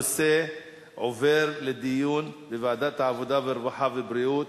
הנושא עובר לדיון בוועדת העבודה, הרווחה והבריאות.